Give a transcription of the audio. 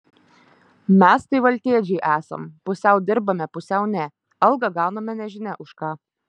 mes tai veltėdžiai esam pusiau dirbame pusiau ne algą gauname nežinia už ką